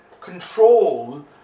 control